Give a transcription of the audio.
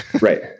Right